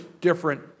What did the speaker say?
different